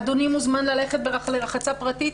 אדוני מוזמן ללכת לרחצה פרטית.